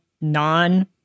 non